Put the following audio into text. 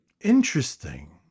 Interesting